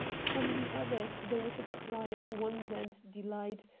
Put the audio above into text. from the others there was a cry of wonder and delight,